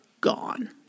Gone